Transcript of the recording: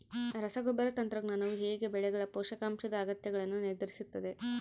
ರಸಗೊಬ್ಬರ ತಂತ್ರಜ್ಞಾನವು ಹೇಗೆ ಬೆಳೆಗಳ ಪೋಷಕಾಂಶದ ಅಗತ್ಯಗಳನ್ನು ನಿರ್ಧರಿಸುತ್ತದೆ?